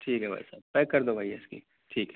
ٹھیک ہے بھائی صاحب پیک کر دو بھائی یہ اس کی ٹھیک ہے